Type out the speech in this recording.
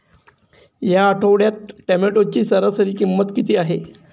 या आठवड्यात टोमॅटोची सरासरी किंमत किती आहे?